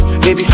Baby